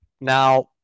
Now